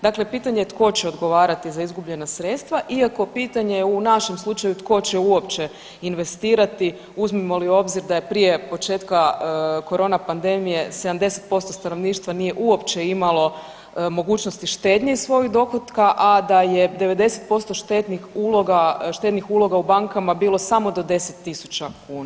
Dakle, pitanje je tko će odgovarati za izgubljena sredstva iako pitanje je u našem slučaju tko će uopće investirati, uzmemo li u obzir da je prije početka korona pandemije 70% stanovništva nije uopće imalo mogućnosti štednje iz svojih dohotka, a da je 90% štednih uloga u bankama bilo samo do 10 tisuća kuna.